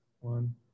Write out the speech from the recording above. one